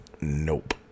Nope